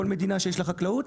כל מדינה שיש לה חקלאות